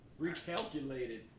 recalculated